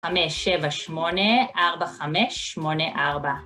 5784584